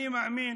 אני מאמין